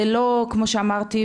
זה לא כמו שאמרתי,